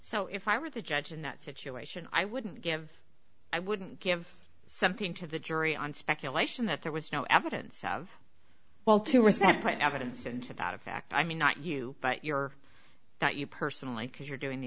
so if i were the judge in that situation i wouldn't give i wouldn't give something to the jury on speculation that there was no evidence of well to respect the evidence and to that effect i mean not you but your not you personally because you're doing the